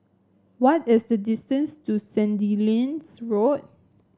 what is the distance to Sandilands Road